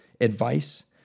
advice